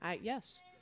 Yes